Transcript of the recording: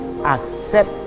Accept